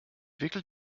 wickelt